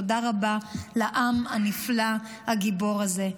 תודה רבה לעם הנפלא, הגיבור הזה.